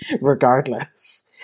regardless